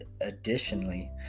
additionally